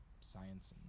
science